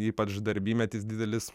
ypač darbymetis didelis